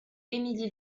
émilie